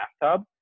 bathtub